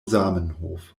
zamenhof